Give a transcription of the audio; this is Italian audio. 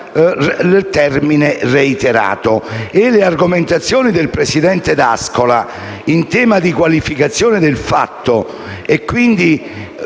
nel termine «reiterate». Le argomentazioni del presidente D'Ascola in tema di qualificazione del fatto